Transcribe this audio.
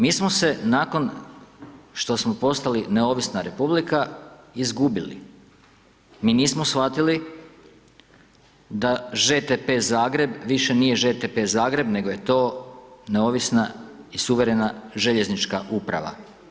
Mi smo se nakon što smo postali neovisna Republika, izgubili, mi nismo shvatili da ŽTP Zagreb, više nije ŽTP Zagreb, nego je to neovisna i suverena željeznička uprava.